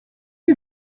est